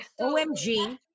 OMG